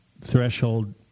threshold –